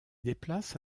déplace